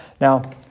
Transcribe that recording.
Now